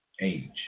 age